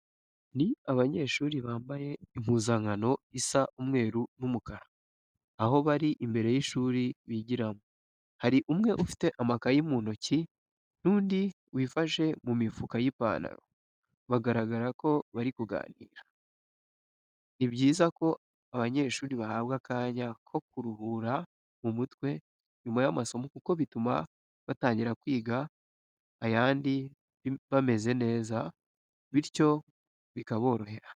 Ni abanyeshuri bambaye impuzankano isa umweru n'umukara, aho bari imbere y'ishuri bigiramo. Hari umwe ufite amakayi mu ntoki n'undi wifashe mu mifuka y'ipantaro, bigaragara ko bari kuganira. Ni byiza ko abanyeshuri bahabwa akanya ko kuruhura mu mutwe nyuma y'amasomo kuko bituma batangira kwiga ayandi bameze neza bityo bikaborohera.